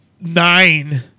nine